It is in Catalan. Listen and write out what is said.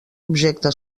objecte